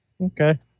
Okay